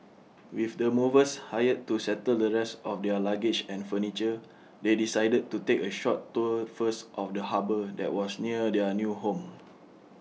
with the movers hired to settle the rest of their luggage and furniture they decided to take A short tour first of the harbour that was near their new home